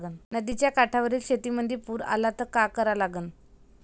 नदीच्या काठावरील शेतीमंदी पूर आला त का करा लागन?